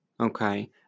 Okay